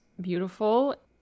beautiful